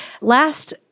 last